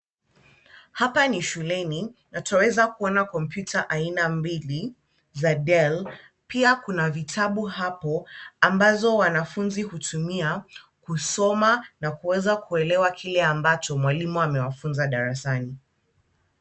Hapa ni shuleni na twaweza kuona kompyuta aina mbili za Dell. Pia kuna vitabu hapo ambazo wanafunzi hutumia kusoma na kuweza kuelewa kile ambacho mwalimu amewafunza darasani.